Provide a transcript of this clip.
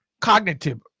Cognitive